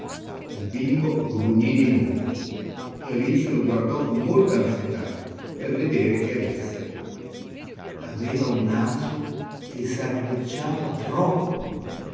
il bimbo grugnì di nuovo e alice lo guardò con molta ansietà per vedere che avesse aveva un naso che s'arricciava troppo